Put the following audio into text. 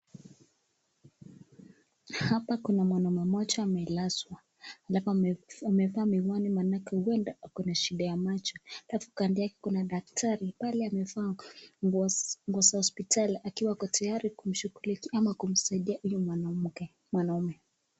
Hapa kuna mwanaume mmoja amelazwa amevaa miwani maaanake huenda ako na shida ya macho halafu kando yake kuna daktari pale amevaa nguo za hospitali akiwa ako tayari kumshughulikia ama kumsaidia huyu mwanaume.